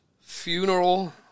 Funeral